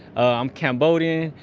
i'm cambodian,